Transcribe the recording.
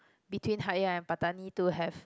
between Hat-Yai and Pattani to have